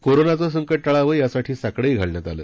कोरोनाचं संकट टाळावं यासाठी साकडंही घालण्यात आलं